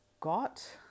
got